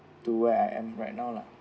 to where I am right now lah